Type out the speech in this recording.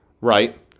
right